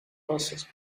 passes